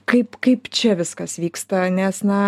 kaip kaip čia viskas vyksta nes na